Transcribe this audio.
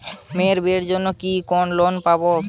মেয়ের বিয়ের জন্য কি কোন লোন পাব?